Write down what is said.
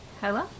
Hello